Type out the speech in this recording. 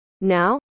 now